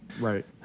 Right